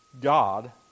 God